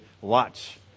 watch